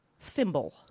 thimble